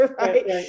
right